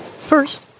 First